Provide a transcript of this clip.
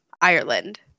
Ireland